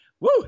Woo